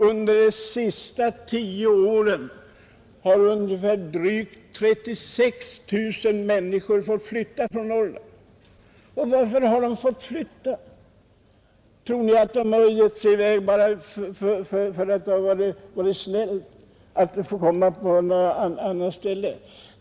Under de senaste tio åren har drygt 36 000 fått flytta ifrån Norrland. Och varför har de fått flytta? Tror ni att de gett sig i väg för att det är trevligt att komma till en annan plats?